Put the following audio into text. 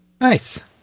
Nice